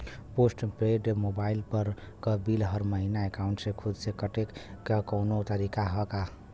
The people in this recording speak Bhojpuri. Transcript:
पोस्ट पेंड़ मोबाइल क बिल हर महिना एकाउंट से खुद से कटे क कौनो तरीका ह का?